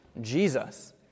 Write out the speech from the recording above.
Jesus